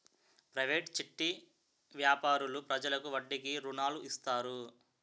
private చిట్టి వ్యాపారులు ప్రజలకు వడ్డీకి రుణాలు ఇస్తారు